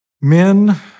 Men